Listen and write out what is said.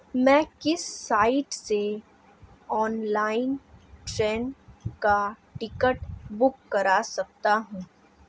मैं किस साइट से ऑनलाइन ट्रेन का टिकट बुक कर सकता हूँ?